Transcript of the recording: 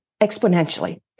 exponentially